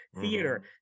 theater